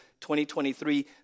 2023